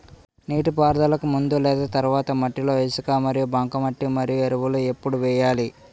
నీటిపారుదలకి ముందు లేదా తర్వాత మట్టిలో ఇసుక మరియు బంకమట్టి యూరియా ఎరువులు ఎప్పుడు వేయాలి?